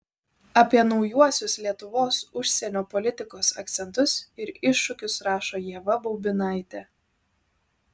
apie naujuosius lietuvos užsienio politikos akcentus ir iššūkius rašo ieva baubinaitė